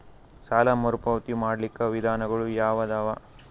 ಸಾಲ ಮರುಪಾವತಿ ಮಾಡ್ಲಿಕ್ಕ ವಿಧಾನಗಳು ಯಾವದವಾ?